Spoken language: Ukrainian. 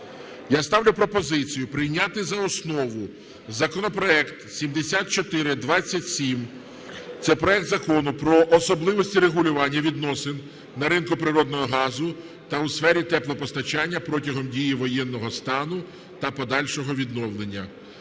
Я ставлю пропозицію прийняти за основу законопроект 7427. Це проект Закону про особливості регулювання відносин на ринку природного газу та у сфері теплопостачання протягом дії воєнного стану та подальшого відновлення